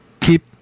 Keep